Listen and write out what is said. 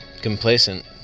complacent